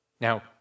Now